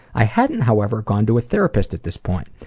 i hadn't however gone to a therapist at this point.